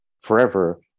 forever